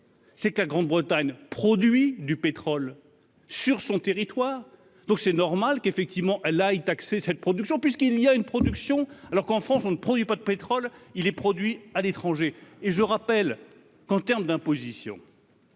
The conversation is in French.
C'est que la Grande Bretagne produit du pétrole sur son territoire, donc c'est normal qu'effectivement là y'cette production puisqu'il y a une production alors qu'en France on ne produit pas de pétrole, il est produit à l'étranger et je rappelle qu'en terme d'imposition.